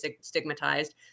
stigmatized